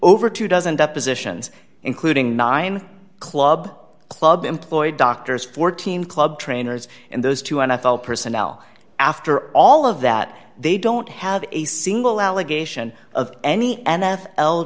over two dozen depositions including nine club club employed doctors fourteen club trainers and those two n f l personnel after all of that they don't have a single allegation of any